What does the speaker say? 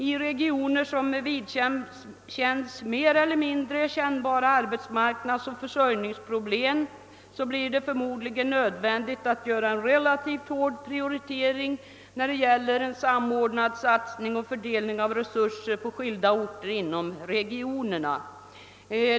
I regioner med mer eller mindre kännbara arbetsmarknadsoch försörj ningsproblem blir det förmodligen nödvändigt att göra en relativt hård prioritering när det gäller en samordnad satsning och fördelning av resurser på skilda orter inom regionerna.